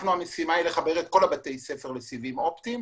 המשימה שלנו היא לחבר את כל בתי הספר לסיבים אופטיים.